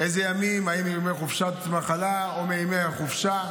איזה ימים, האם מימי חופשת המחלה או מימי חופשה.